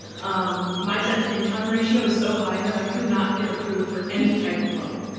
um, my debt-to-income ratio was so high that i could not get approved for any type of loan,